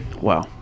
Wow